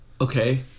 Okay